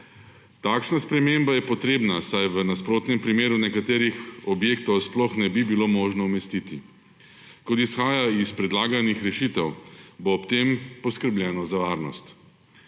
Takšna sprememba je potrebna, saj v nasprotnem primeru nekaterih objektov sploh ne bi bilo možno umestiti. Kot izhaja iz predlaganih rešitev, bo ob tem poskrbljeno za varnost.